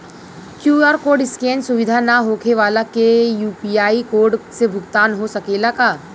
QR code scan सुविधा ना होखे वाला के यू.पी.आई कोड से भुगतान हो सकेला का?